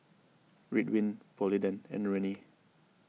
Ridwind Polident and Rene